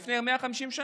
לפני 150 שנה.